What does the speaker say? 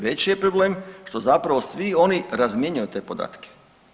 Veći je problem što zapravo svi oni razmjenjuju te podatke.